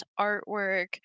artwork